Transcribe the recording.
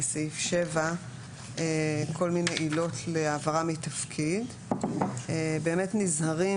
מלרשום סעיף כללי של העברה מתפקיד בשל תפקוד לקוי,